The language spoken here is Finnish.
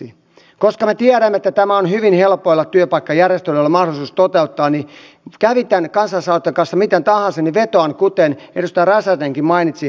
koska me tiedämme että tämä on hyvin helpoilla työpaikkajärjestelyillä mahdollisuus toteuttaa niin kävi tämän kansalaisaloitteen kanssa miten tahansa niin vetoan kuten edustaja räsänenkin mainitsi